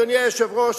אדוני היושב-ראש,